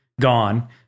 gone